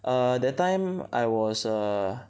err that time I was err